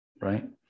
right